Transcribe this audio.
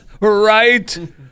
Right